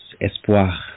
espoir